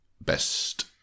Best